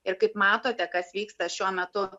ir kaip matote kas vyksta šiuo metu